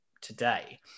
today